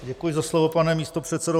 Děkuji za slovo, pane místopředsedo.